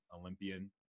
Olympian